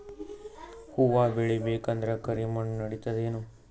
ಹುವ ಬೇಳಿ ಬೇಕಂದ್ರ ಕರಿಮಣ್ ನಡಿತದೇನು?